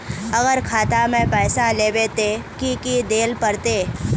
अगर खाता में पैसा लेबे ते की की देल पड़ते?